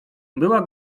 była